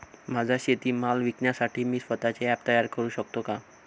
माझा शेतीमाल विकण्यासाठी मी स्वत:चे ॲप तयार करु शकतो का?